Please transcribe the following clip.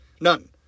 None